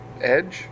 edge